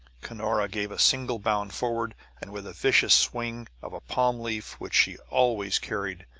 cunora gave a single bound forward, and with a vicious swing of a palm-leaf, which she always carried,